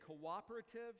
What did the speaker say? cooperative